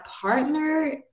partner